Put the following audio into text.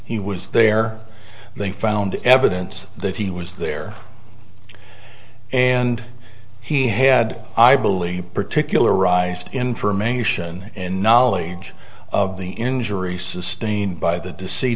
he was there they found evidence that he was there and he had i believe particularized information and knowledge of the injuries sustained by the deceit